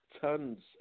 tons